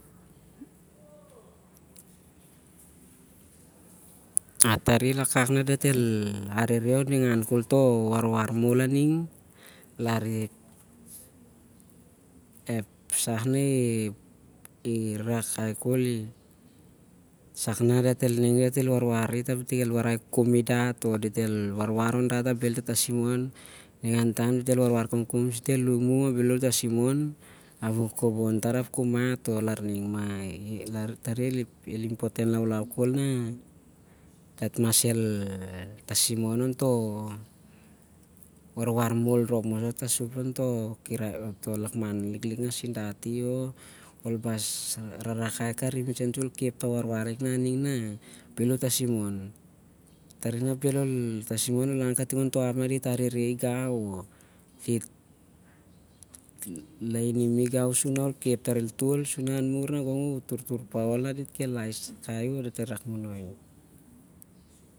Ah- tari iwakak nah dat el arehreh on ningan toh warwar mol aning larep, ep sah nah irarakai khol sak nah dat aning ap dit warai kukumi dat ap bhel dat tasinmon, ningan taem dit el warwar kumkum sun dit el umuh ap bhelu tasimon, ap u kokobon tar ap ku mat- o- larning. mah tari i- ngangten on nah dat el mas tasim ontoh warwar mol rhop moso tasup ontoh lakman anun dat